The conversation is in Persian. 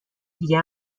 دیگه